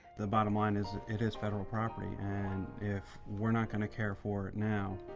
the bottom line is, it is federal property, and if we're not going to care for it now,